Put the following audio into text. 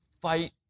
fight